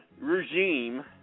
regime